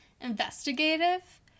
investigative